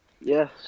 Yes